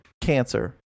Cancer